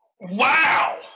Wow